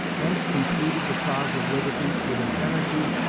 hence he pleaded the cause of liberty with an energy,